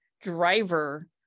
driver